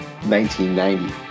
1990